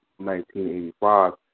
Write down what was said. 1985